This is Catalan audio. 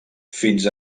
fins